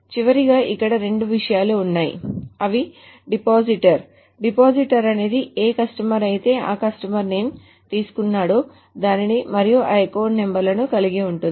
చివరగా అక్కడ రెండు విషయాలు ఉన్నాయి అవి డిపాజిటర్ డిపాజిటర్ అనేది ఏ కస్టమర్ అయితే ఈ కస్టమర్ నేమ్ తీసుకున్నాడో దానిని మరియు ఆ అకౌంట్ నెంబర్ లను కలిగి ఉంటుంది